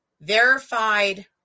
verified